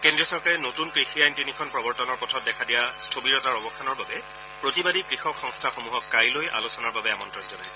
কেন্দ্ৰীয় চৰকাৰে নতৃন কৃষি আইন তিনিখন প্ৰৱৰ্তনৰ পথত দেখা দিয়া স্থবিৰতাৰ অৱসানৰ বাবে প্ৰতিবাদী কৃষক সংস্থাসমূহক কাইলৈ আলোচনাৰ বাবে আমন্ত্ৰণ জনাইছে